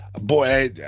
boy